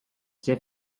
sehr